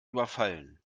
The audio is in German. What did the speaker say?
überfallen